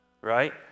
right